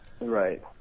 Right